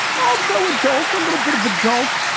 also adults, a little bit of adult.